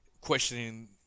questioning